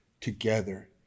together